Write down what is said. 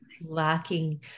Lacking